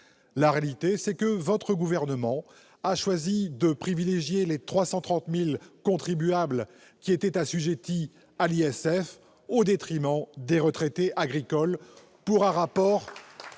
La réalité, c'est que votre gouvernement a choisi de privilégier les 330 000 contribuables assujettis à l'ISF, au détriment des retraités agricoles, pour un rapport